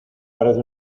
parece